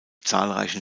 zahlreichen